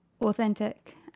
authentic